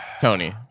Tony